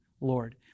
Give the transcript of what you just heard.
Lord